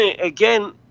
again